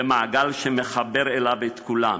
במעגל שמחבר אליו את כולם,